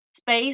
space